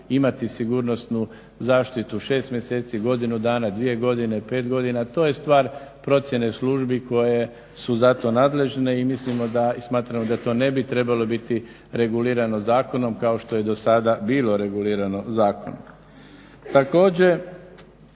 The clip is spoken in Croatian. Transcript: imati sigurnosnu zaštitu 6 mjeseci, godinu dana, 2 godine, 5 godina to je stvar procjene službi koje su za to nadležne. I mislimo da, i smatramo da je to ne bi trebalo biti regulirano zakonom kao što je do sada bilo regulirano zakonom. Također,